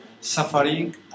suffering